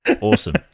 Awesome